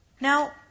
Now